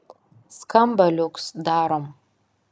skamba liuks darom